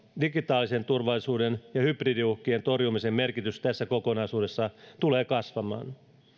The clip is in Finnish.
digitaalisen turvallisuuden ja hybridiuhkien torjumisen merkitys tässä kokonaisuudessa tulee kasvamaan